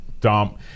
dump